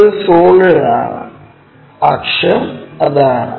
അത് സോളിഡ് ആണ് അക്ഷം അതാണ്